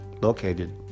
located